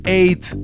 eight